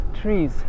trees